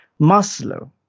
Maslow